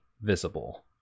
visible